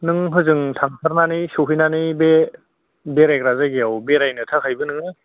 नों हजों थांथारनानै सहैनानै बे बेरायग्रा जायगायाव बेरायनो थाखाय नोङो